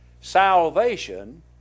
Salvation